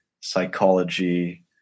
psychology